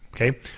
Okay